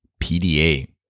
PDA